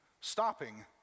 stopping